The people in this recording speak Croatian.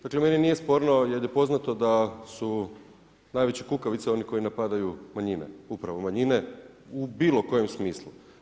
Dakle meni nije sporno jer je poznato da su najveće kukavice oni koji napadaju manjine, upravo manjine, u bilo kojem smislu.